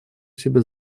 себя